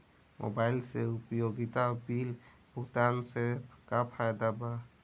Mobile से उपयोगिता bill भुगतान से का फायदा बा?